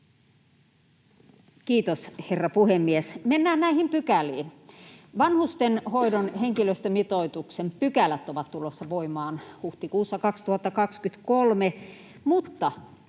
Kiitos, herra puhemies! Mennään näihin pykäliin: Vanhustenhoidon henkilöstömitoituksen pykälät ovat tulossa voimaan huhtikuussa 2023, mutta